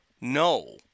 No